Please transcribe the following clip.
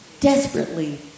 desperately